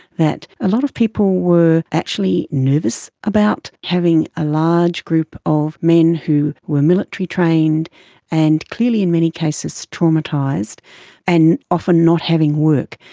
that a lot of people were actually nervous about having a large group of men who were military trained and clearly in many cases traumatised and often not having work.